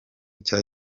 cya